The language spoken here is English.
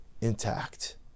intact